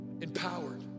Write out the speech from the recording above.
empowered